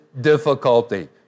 difficulty